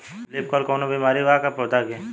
Leaf curl कौनो बीमारी बा का पौधा के?